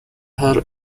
her